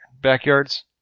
backyards